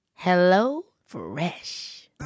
HelloFresh